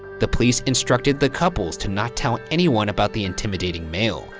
the police instructed the couples to not tell anyone about the intimidating mail,